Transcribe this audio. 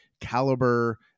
caliber